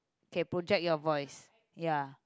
okay project your voice ya